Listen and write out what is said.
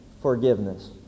forgiveness